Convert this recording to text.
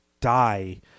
die